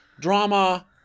drama